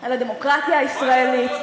על הדמוקרטיה הישראלית,